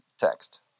text